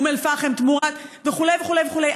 אום אל-פחם תמורת וכו' וכו' וכו'.